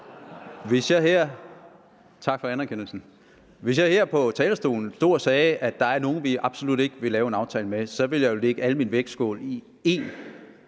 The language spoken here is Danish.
Hvis jeg her fra talerstolen stod og sagde, at der er nogle, vi absolut ikke vil lave en aftale med, ville jeg jo lægge alle mine lodder i én